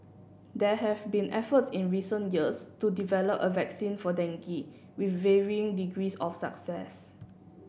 there have been efforts in recent years to develop a vaccine for dengue with varying degrees of success